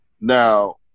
now